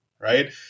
Right